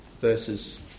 verses